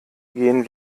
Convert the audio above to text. gehen